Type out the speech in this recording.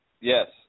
Yes